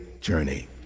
journey